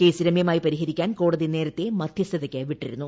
case രമ്യമായി പരിഹരിക്കാൻ കോടതി നേരത്തെ മധ്യസ്ഥതയ്ക്ക് വിട്ടിരുന്നു